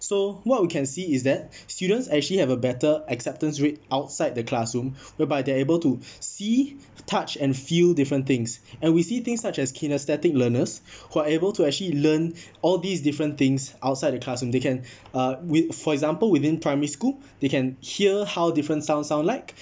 so what we can see is that students actually have a better acceptance rate outside the classroom whereby they are able to see touch and feel different things and we see things such as kinesthetic learners who are able to actually learn all these different things outside the classroom they can uh whi~ for example within primary school they can hear how different sound sound like